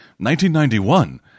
1991